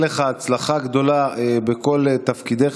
בדרך כלל בבסיסו של סכסוך משפטי עומד סכסוך